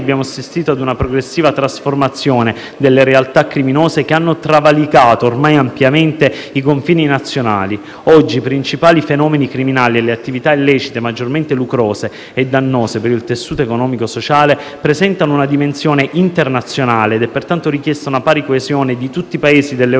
abbiamo assistito a una progressiva trasformazione delle realtà criminose, che hanno travalicato ormai ampiamente i confini nazionali. Oggi i principali fenomeni criminali e le attività illecite maggiormente lucrose e dannose per il tessuto economico sociale presentano una dimensione internazionale ed è pertanto richiesta una pari coesione di tutti i Paesi dell'eurozona